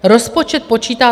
Rozpočet počítá...